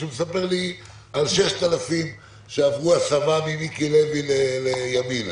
שמספר לי על 6,000 שעברו הסבה ממיקי לוי לימינה.